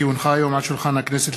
כי הונחה היום על שולחן הכנסת,